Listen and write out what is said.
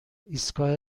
ایستگاه